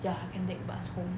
ya can take bus home